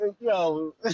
yo